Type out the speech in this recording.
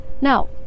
now